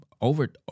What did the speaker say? over